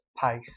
pace